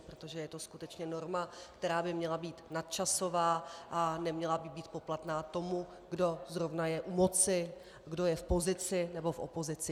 Protože je to skutečně norma, která by měla být nadčasová a neměla by být poplatná tomu, kdo zrovna je u moci, kdo je v pozici nebo v opozici.